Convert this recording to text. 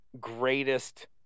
greatest